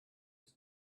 his